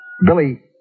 Billy